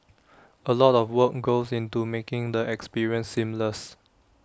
A lot of work goes into making the experience seamless